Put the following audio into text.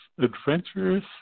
adventurous